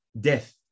death